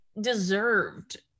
deserved